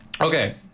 Okay